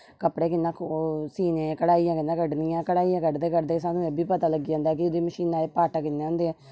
कपडे़ कियां सीने कढाइयां कियां कढनी कढाइयां कढदे कढदे सानू एह् बी पता लग्गी जंदा कि ओहदी मशीना दे पट कियां होंदे